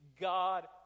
God